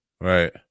Right